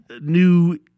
new